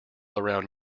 around